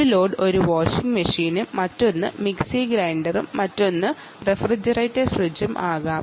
ഒരു ലോഡ് ഒരു വാഷിംഗ് മെഷീനും മറ്റൊന്ന് മിക്സർ ഗ്രൈൻഡറും മറ്റൊന്ന് റഫ്രിജറേറ്റർ ഫ്രിഡ്ജും ആകാം